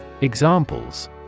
Examples